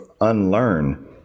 unlearn